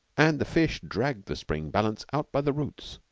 and the fish dragged the spring balance out by the roots.